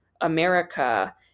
America